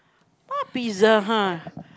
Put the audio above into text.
!wah! pizza-hut